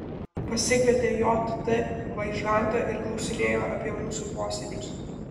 pasikvietė j t vaižgantą ir klausinėjo apie mūsų posėdžius